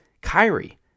Kyrie